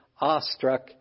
awestruck